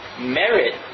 merit